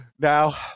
now